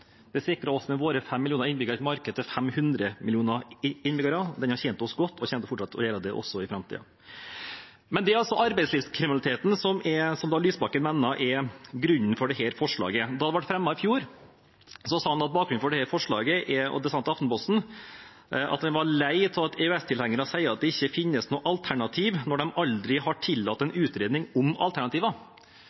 sikrer oss med våre 5 millioner innbyggere et marked med 500 millioner innbyggere. Den har tjent oss godt og kommer fortsatt til å gjøre det i framtiden. Det er arbeidslivskriminaliteten som representanten Lysbakken mener er bakgrunnen for dette forslaget. Da det ble fremmet i fjor, sa han til Aftenposten at bakgrunnen for forslaget var at han var lei av at EØS-tilhengere sa at det ikke fantes noe alternativ, når de aldri hadde tillatt en utredning om